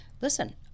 Listen